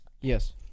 yes